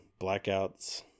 blackouts